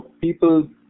people